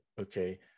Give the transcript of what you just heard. okay